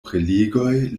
prelegoj